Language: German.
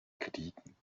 kritiken